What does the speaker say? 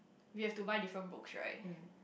we have to buy different books right